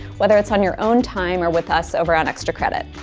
whether it's on your own time or with us over on extra credit.